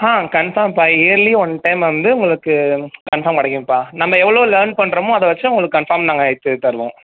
ஆ கன்ஃபாம்பா early one time வந்து உங்களுக்கு கன்ஃபார்ம் கிடைக்கும்பா நம்ம எவ்வளோ லேர்ன் பண்ணுறோமோ அதை வச்சு உங்களுக்கு கன்ஃபாம் நாங்கள் செய்து தருவோம்